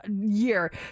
year